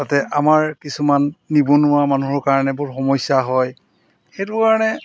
তাতে আমাৰ কিছুমান নিবনুৱা মানুহৰ কাৰণে বহুত সমস্যা হয় সেইটো কাৰণে